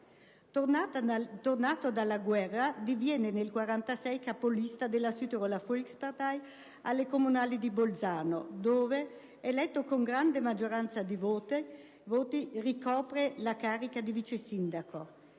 Tornato dalla guerra, diviene nel 1946 capolista della Südtiroler Volkspartei alle comunali di Bolzano, dove - eletto con grande maggioranza di voti - ricopre la carica di vicesindaco.